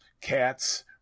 Cats